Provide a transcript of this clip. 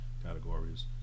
categories